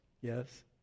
Yes